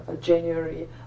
January